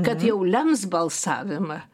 kad jau lems balsavimą